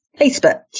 Facebook